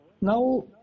now